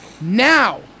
now